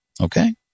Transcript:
Okay